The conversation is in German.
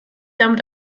damit